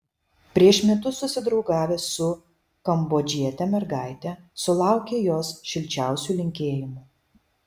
prieš metus susidraugavęs su kambodžiete mergaite sulaukė jos šilčiausių linkėjimų